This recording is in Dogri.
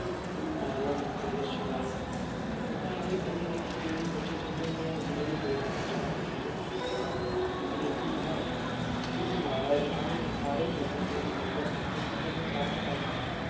कोई माता दा मन्दर आई गेआ श्राइन उत्थें अस केह् करने होन्ने कि केईं बारी सोचियै जन्ने होन्ने जां जिन्ने बी दोस्त च चार पंज किट्ठे करियै कि यार इक दिन माता दे जाना ते सारे प्लैन प्लून करियै ते अस केह् करने होन्ने सारें शा पैह्लें